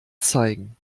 zeigen